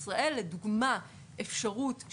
שהולכת ועולה במדינת ישראל ומיוחסת למשפחת